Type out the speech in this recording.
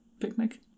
picnic